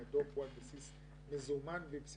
כי הדוח הוא על בסיס מזומן בבסיסו